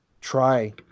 try